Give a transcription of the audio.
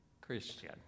Christian